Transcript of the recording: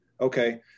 Okay